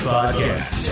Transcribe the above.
Podcast